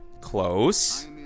Close